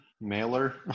Mailer